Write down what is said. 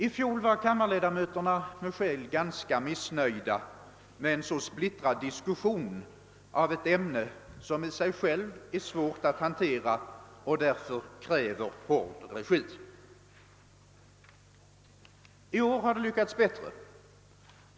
I fjol var kammarledamöterna med skäl ganska missnöjda med en så splittrad diskussion av ett ämne som i sig självt är svårt att hantera och därför kräver hård regi. I år har det lyckats bättre.